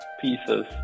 pieces